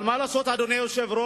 אבל מה לעשות, אדוני היושב-ראש,